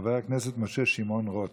חבר הכנסת משה שמעון רוט,